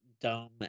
dumb